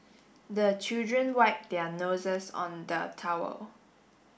the children wipe their noses on the towel